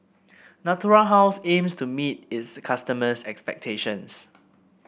Natura House aims to meet its customers' expectations